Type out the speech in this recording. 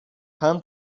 palm